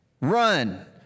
Run